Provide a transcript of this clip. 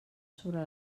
sobre